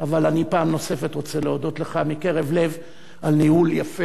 אבל אני פעם נוספת רוצה להודות לך מקרב לב על ניהול יפה,